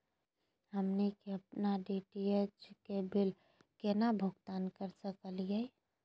हमनी के अपन डी.टी.एच के बिल केना भुगतान कर सकली हे?